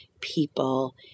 people